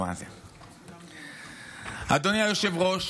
אדוני היושב-ראש,